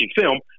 film